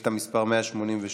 משאילתה מס' 188,